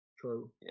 true